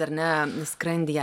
ar ne skrandyje